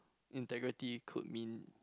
integrity could mean